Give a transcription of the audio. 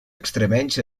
extremenys